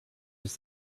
use